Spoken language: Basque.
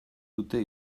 dute